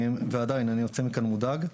ועדיין, אני יוצא מכאן מודאג.